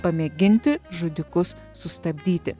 pamėginti žudikus sustabdyti